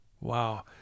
Wow